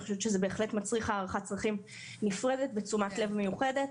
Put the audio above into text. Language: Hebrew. אני חושבת שזה בהחלט מצריך הערכת צרכים נפרדת ותשומת לב מיוחדת.